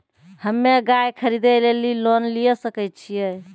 हम्मे गाय खरीदे लेली लोन लिये सकय छियै?